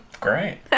Great